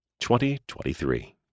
2023